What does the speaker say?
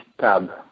tab